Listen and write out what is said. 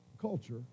culture